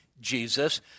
Jesus